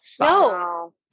No